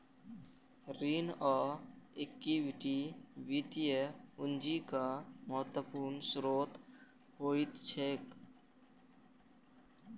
ऋण आ इक्विटी वित्तीय पूंजीक महत्वपूर्ण स्रोत होइत छैक